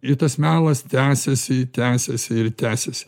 i tas melas tęsiasi tęsiasi ir tęsiasi